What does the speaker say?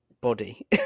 body